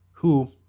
who,